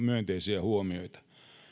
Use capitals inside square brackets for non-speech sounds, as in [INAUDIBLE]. [UNINTELLIGIBLE] myönteisiä huomioita